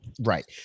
Right